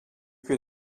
can